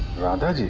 radha